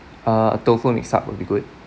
uh tofu mix up will be good